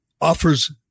offers